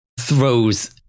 Throws